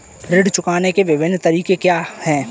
ऋण चुकाने के विभिन्न तरीके क्या हैं?